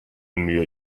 mir